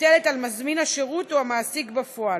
מוטלת על מזמין השירות או המעסיק בפועל.